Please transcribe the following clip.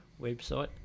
website